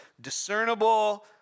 discernible